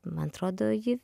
man atrodo ji